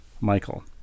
Michael